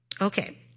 Okay